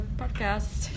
podcast